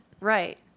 Right